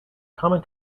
common